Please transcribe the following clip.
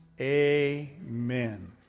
Amen